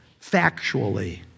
factually